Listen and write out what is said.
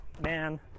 man